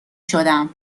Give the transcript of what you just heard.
شدم